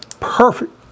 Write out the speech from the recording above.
perfect